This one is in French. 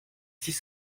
six